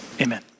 amen